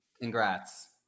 Congrats